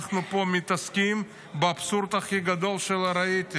אנחנו מתעסקים פה באבסורד הכי גדול שראיתי.